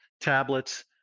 tablets